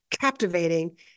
captivating